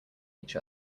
each